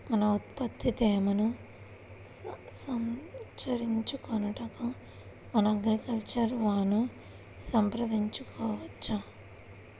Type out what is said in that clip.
మన ఉత్పత్తి తేమను సరిచూచుకొనుటకు మన అగ్రికల్చర్ వా ను సంప్రదించవచ్చా?